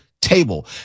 table